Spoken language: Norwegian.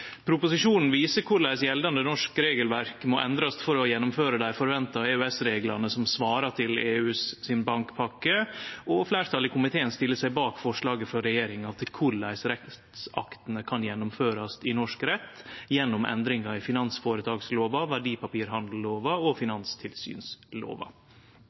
Proposisjonen viser korleis gjeldande norsk regelverk må endrast for å gjennomføre dei forventa EØS-reglane som svarar til EUs bankpakke, og fleirtalet i komiteen stiller seg bak forslaget frå regjeringa til korleis rettsaktene kan gjennomførast i norsk rett, gjennom endringar i finansføretakslova, verdipapirhandellova og